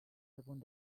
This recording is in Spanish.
álbum